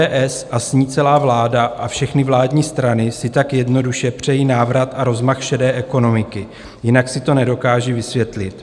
ODS a s ní celá vláda a všechny vládní strany si tak jednoduše přejí návrat a rozmach šedé ekonomiky, jinak si to nedokážu vysvětlit.